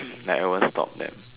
like I won't stop them